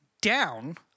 down